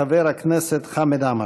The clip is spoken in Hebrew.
חבר הכנסת חמד עמאר.